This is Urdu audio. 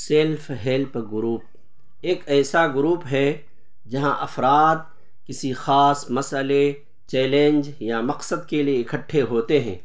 سیلف ہیلپ گروپ ایک ایسا گروپ ہے جہاں افراد کسی خاص مسٔلے چیلیج یا مقصد کے لیے اکھٹے ہوتے ہیں